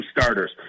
starters